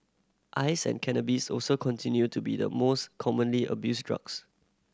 ice and cannabis also continue to be the most commonly abused drugs